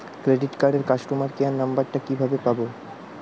Credit কার্ডের customer care number টা কিভাবে পাবো?